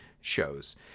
shows